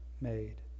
made